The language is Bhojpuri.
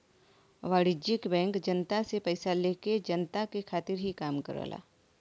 वाणिज्यिक बैंक जनता से पइसा लेके जनता के खातिर ही काम करला